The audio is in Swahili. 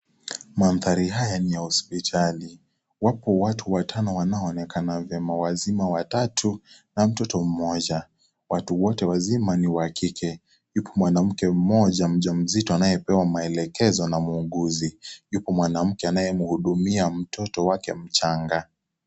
Mandhari haya ni ya hospitali. Wapo watu watano wanaoonekana wema wazima watatu na mtoto mmoja. Watu wote wazima ni wa kike, yupo mwanamuke mmoja mjamzito anayepewa maelekezo na muunguzi. Yupo mwanamke anayemuhudumia mtoto wake mchanga.